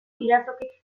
irazokik